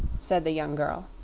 said the young girl.